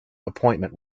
appointment